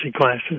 classes